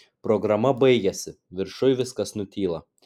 programa baigiasi viršuj viskas nutyla